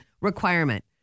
requirement